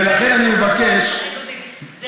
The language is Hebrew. ולכן, אני מבקש, קיבלת תשובת שר.